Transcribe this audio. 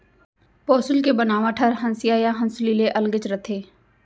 पौंसुल के बनावट हर हँसिया या हँसूली ले अलगेच रथे